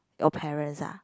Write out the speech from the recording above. your parents ah